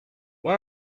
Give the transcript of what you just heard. why